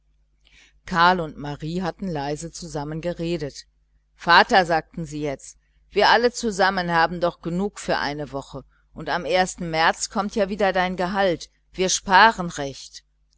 karl und marie hatten leise miteinander gerechnet vater sagten sie jetzt wir alle zusammen haben doch noch genug für eine woche und am märz kommt wieder dein gehalt wir sparen recht